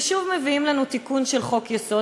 ושוב מביאים לנו תיקון של חוק-יסוד.